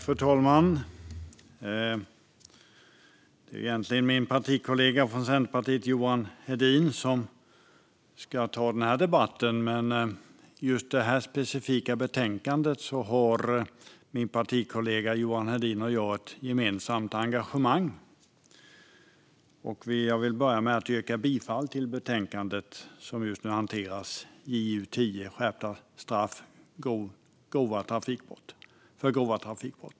Fru talman! Det är egentligen Johan Hedin, min kollega i Centerpartiet, som ska ta den här debatten. Men i fråga om just det här betänkandet har min kollega Johan Hedin och jag ett gemensamt engagemang. Jag vill börja med att yrka bifall till förslaget i betänkandet som just nu hanteras, JuU10 Skärpta straff för grova trafikbrott .